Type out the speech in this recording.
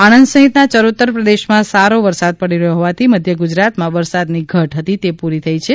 આણંદ સહિતના ચરોતર પ્રદેશમાં સારો વરસાદ પડી રહ્યો હોવાથી મધ્ય ગુજરાતમાં વરસાદની ઘટ હતી તે પૂરી થઈ ગઈ છે